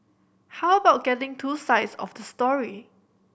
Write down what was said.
how about getting two sides of the story